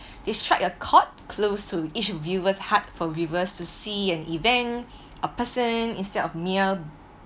it's like a close to each viewer's heart for viewers to see an event a person instead of mere